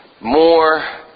more